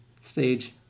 stage